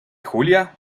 julia